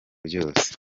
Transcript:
ryose